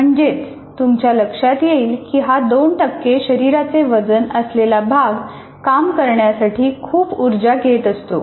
म्हणजेच तुमच्या लक्षात येईल की हा दोन टक्के शरीराचे वजन असलेला भाग काम करण्यासाठी खूप ऊर्जा घेत असतो